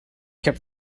kept